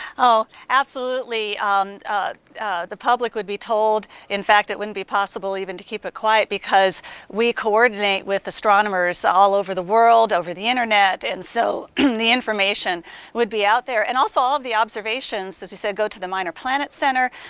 oh absolutely um the public would be told, in fact it wouldn't be possible to keep it quiet because we coordinate with astronomers all over the world, over the internet, and so the information would be out there. and also all of the observations, as we've said, go to the minor planet center,